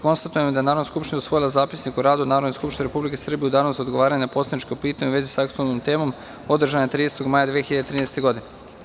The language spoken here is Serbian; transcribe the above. Konstatujem da je Narodna skupština usvojila Zapisnik o radu Narodne skupštine Republike Srbije u Danu za odgovaranje na poslanička pitanja u vezi sa aktuelnom temom, održane 30. maja 2013. godine.